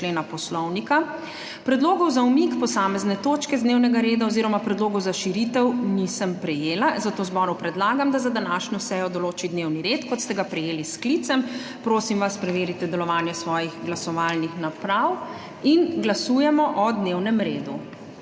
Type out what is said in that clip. Predlogov za umik posamezne točke z dnevnega reda oziroma predlogov za širitev nisem prejela, zato zboru predlagam, da za današnjo sejo določi dnevni red, kot ste ga prejeli s sklicem. Prosim vas, preverite delovanje svojih glasovalnih naprav in glasujemo o dnevnem redu.